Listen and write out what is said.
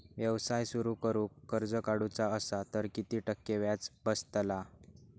व्यवसाय सुरु करूक कर्ज काढूचा असा तर किती टक्के व्याज बसतला?